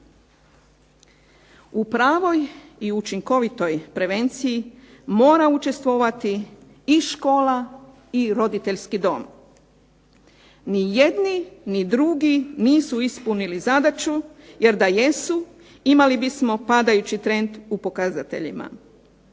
U pravoj i učinkovitoj prevenciji mora učestvovati i škola i roditeljski dom. Ni jedni ni drugi nisu ispunili zadaću, jer da jesu imali bismo padajući trend u pokazateljima.